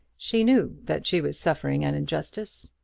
she knew that she was suffering an injustice,